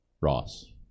Ross